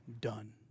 done